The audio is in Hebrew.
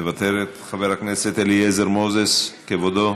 מוותרת, חבר הכנסת אליעזר מוזס, כבודו,